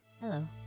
Hello